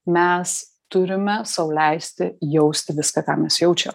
mes turime sau leisti jausti viską ką mes jaučia